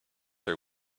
her